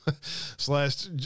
slash